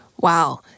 Wow